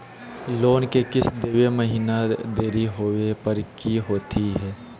Loan के किस्त देवे महिना देरी होवे पर की होतही हे?